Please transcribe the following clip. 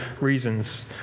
reasons